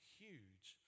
huge